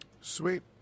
Sweet